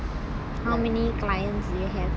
how many clients do you have now